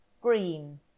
green